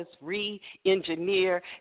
re-engineer